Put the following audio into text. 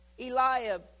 Eliab